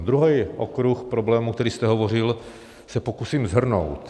Druhý okruh problémů, o kterém jste hovořil, se pokusím shrnout.